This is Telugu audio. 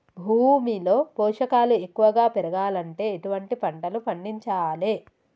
భూమిలో పోషకాలు ఎక్కువగా పెరగాలంటే ఎటువంటి పంటలు పండించాలే?